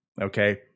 Okay